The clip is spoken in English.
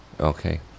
Okay